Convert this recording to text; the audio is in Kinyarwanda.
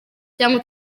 cyangwa